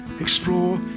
Explore